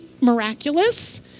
miraculous